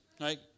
right